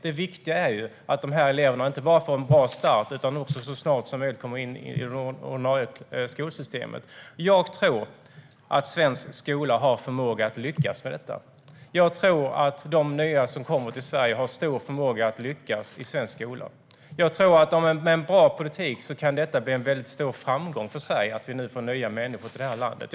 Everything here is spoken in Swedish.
Det viktiga är nämligen att dessa elever inte bara får en bra start utan också så snart som möjligt kommer in i det ordinarie skolsystemet. Jag tror att svensk skola har förmåga att lyckas med detta. Jag tror att de nya som kommer till Sverige har stor förmåga att lyckas i svensk skola. Med en bra politik tror jag att det kan bli en stor framgång för Sverige att vi nu får nya människor till det här landet.